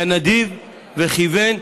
היה נדיב וכיוון,